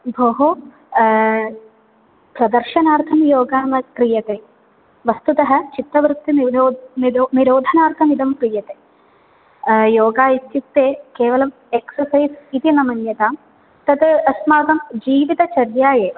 भोः प्रदर्शनार्थं योगः न क्रियते वस्तुतः चित्तवृत्ति निरोधनार्थम् इदं क्रियते योगा इत्युक्ते केवलं एक्ससैस् इति न मन्यताम् तत् अस्माकं जीवितचर्या एव